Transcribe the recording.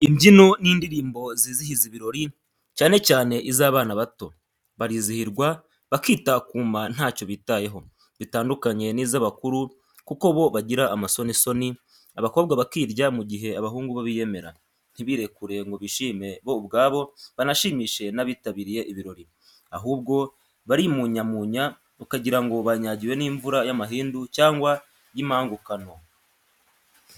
Imbyino n'indirimbo zizihiza ibirori, cyane cyane iz'abana bato. Barizihirwa, bakitakuma ntacyo bitayeho, bitandukanye n'iz'abakuru kuko bo bagira amasonisoni, abakobwa bakirya mu gihe abahungu bo biyemera, ntibirekure ngo bishime bo ubwabo banashimishe n'abitabiriye ibirori, ahubwo barimunyamunya, ukagira ngo banyagiwe n'imvura y'amahindu cyangwa y'impangukano.